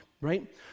right